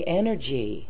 energy